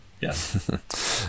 yes